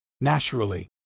Naturally